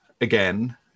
again